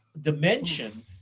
dimension